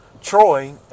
Troy